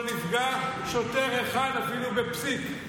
ולא נפגע שוטר אחד אפילו בפסיק.